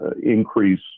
increase